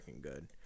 good